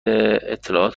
اطلاعات